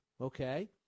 okay